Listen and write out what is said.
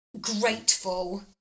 grateful